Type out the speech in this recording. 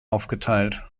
aufgeteilt